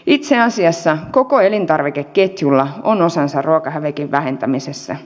itse asiassa koko elintarvikeketjulla on osansa ruokahävikin vähentämisessä